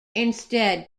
instead